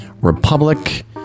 Republic